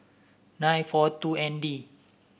nine four two N D